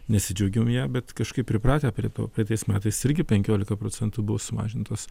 nesidžiaugiam ja bet kažkaip pripratę prie to praeitais metais irgi penkiolika procentų buvo sumažintos